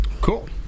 Cool